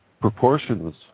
proportions